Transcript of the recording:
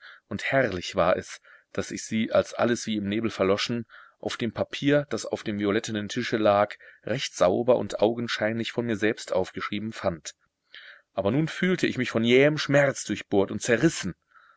und herrlich war es daß ich sie als alles wie im nebel verloschen auf dem papier das auf dem violetten tische lag recht sauber und augenscheinlich von mir selbst aufgeschrieben fand aber nun fühlte ich mich von jähem schmerz durchbohrt und zerrissen